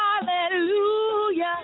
hallelujah